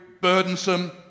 burdensome